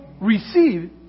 receive